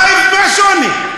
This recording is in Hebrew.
מה השוני?